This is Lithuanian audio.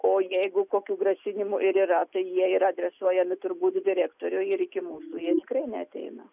o jeigu kokių grasinimų ir yra tai jie yra adresuojami turbūt direktoriui ir iki mūsų jie tikrai neateina